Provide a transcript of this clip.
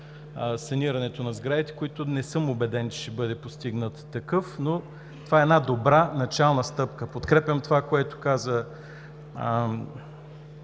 санирането на сградите, който не съм убеден, че ще бъде постигнат, но това е една добра начална стъпка. Подкрепям това, което каза